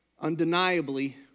undeniably